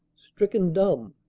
stricken dumb,